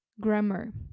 grammar